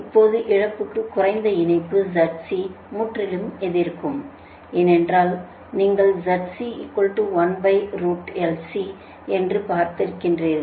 இப்போது இழப்புக்கு குறைந்த இணைப்பு Zc முற்றிலும் எதிர்க்கும் ஏனென்றால் நீங்கள் என்று பார்த்திருக்கிறீர்கள்